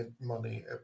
money